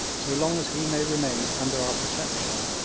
so long as he may remain under our protection,